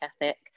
ethic